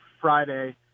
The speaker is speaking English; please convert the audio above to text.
Friday